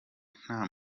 nta